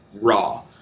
Raw